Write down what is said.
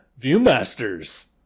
Viewmasters